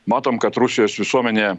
matom kad rusijos visuomenė